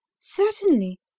Certainly